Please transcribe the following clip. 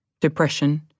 depression